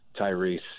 Tyrese